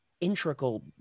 integral